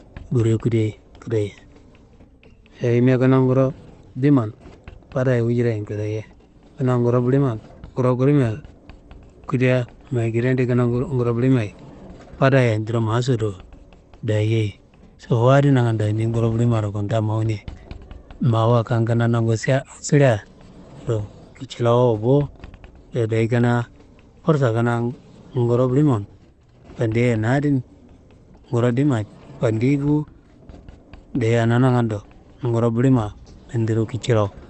Burre kudeyi kedeye, ayimia kanaa nguro dimman fadaye wujirayen keraye, kanaa nguro buliman (inetelligible) kudea mayigidade kanaa nguro bulimayi fadaye yendiro ma sodowo dayei, sobowu adi nangando yedi nguro bulimmaro kunta mawune, mawa kanaa nangu siliaro kicilawa bo, dayi kanaa fursa kanaa nguro bulimman fandeyiya na adin nguro gimman fandei bo, anaa nangando nguro bulimma yendiro kicilawa.